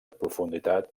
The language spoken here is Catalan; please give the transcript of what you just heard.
profunditat